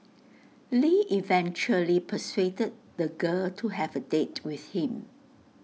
lee eventually persuaded the girl to have A date with him